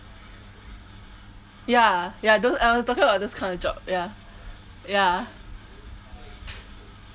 ya ya those I was talking about those kind of job ya ya